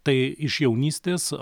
tai iš jaunystės